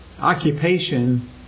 occupation